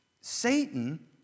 Satan